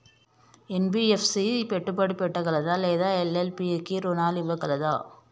NBFC పెట్టుబడి పెట్టగలదా లేదా ఎల్.ఎల్.పి కి రుణాలు ఇవ్వగలదా?